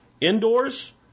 Indoors